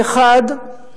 האחד,